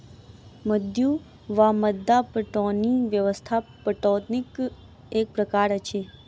मद्दु वा मद्दा पटौनी व्यवस्था पटौनीक एक प्रकार अछि